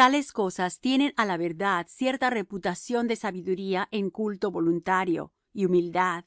tales cosas tienen á la verdad cierta reputación de sabiduría en culto voluntario y humildad